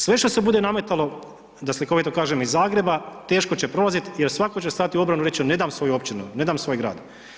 Sve što se bude nametalo da slikovito kažem iz Zagreba, teško će prolazit jer svako će stajat u obranu i reći će ne dam svoju općinu, ne dam svoj grad.